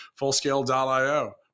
Fullscale.io